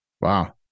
Wow